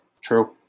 true